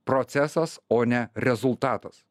procesas o ne rezultatas